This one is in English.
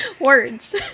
Words